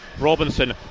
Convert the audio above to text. Robinson